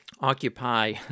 occupy